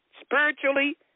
spiritually